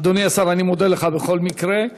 אדוני השר, אני מודה לך בכל מקרה.